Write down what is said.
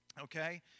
Okay